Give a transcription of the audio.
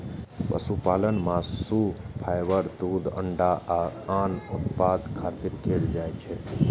पशुपालन मासु, फाइबर, दूध, अंडा आ आन उत्पादक खातिर कैल जाइ छै